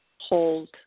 hold